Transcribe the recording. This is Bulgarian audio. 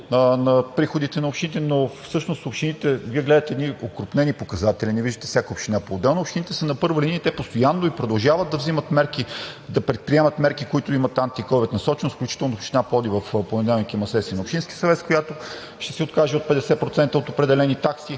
на приходите на общините, но всъщност за общините Вие гледате едни окрупнени показатели, не виждате всяка община поотделно. Общините са на първа линия и те постоянно продължават да вземат и предприемат мерки, които имат антиковид насоченост, включително община Пловдив в понеделник има сесия на Общинския съвет, на която ще се откаже от 50% от определени такси,